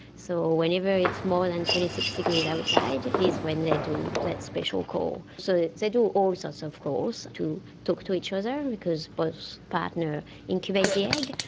so whenever it's more than twenty six degrees outside is when they do that special call. so they do all sorts of calls to talk to each other, because both partners incubate the egg.